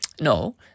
No